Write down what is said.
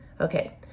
okay